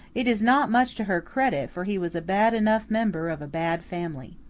it is not much to her credit, for he was a bad enough member of a bad family.